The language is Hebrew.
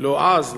לא אז,